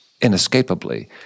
inescapably